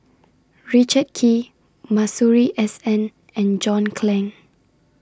Richard Kee Masuri S N and John Clang